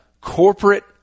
corporate